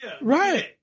Right